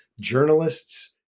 Journalists